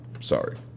sorry